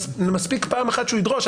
מספיק פעם אחת שהוא ידרוש.